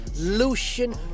Lucian